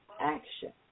action